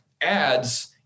ads